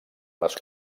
les